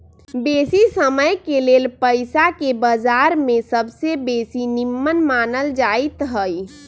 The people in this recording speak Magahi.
बेशी समयके लेल पइसाके बजार में सबसे बेशी निम्मन मानल जाइत हइ